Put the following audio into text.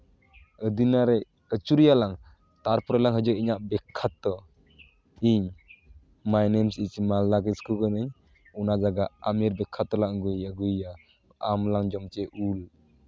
ᱟᱹᱫᱤᱱᱟ ᱨᱮ ᱟᱹᱪᱩᱨᱮᱭᱟᱞᱟᱝ ᱛᱟᱨᱯᱚᱨᱮ ᱞᱟᱝ ᱦᱤᱡᱩᱜᱼᱟ ᱤᱧᱟᱜ ᱵᱤᱠᱠᱷᱟᱛᱚ ᱤᱧ my name is Malda Kisku ᱠᱟᱹᱱᱟᱹᱧ ᱚᱱᱟ ᱡᱟᱭᱜᱟ ᱟᱢᱮᱨ ᱵᱤᱠᱠᱷᱟᱛᱚ ᱞᱟᱝ ᱟᱹᱜᱩᱭ ᱭᱟ ᱟᱹᱜᱩᱭ ᱭᱟ ᱟᱢ ᱞᱟᱝ ᱡᱚᱢ ᱦᱚᱪᱚᱭ ᱭᱟ ᱩᱞ